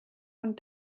von